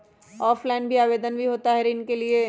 Offline भी आवेदन भी होता है ऋण के लिए?